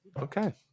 okay